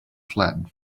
flattened